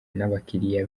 n’abakiliya